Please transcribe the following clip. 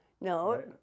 No